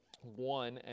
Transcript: one